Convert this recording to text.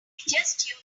just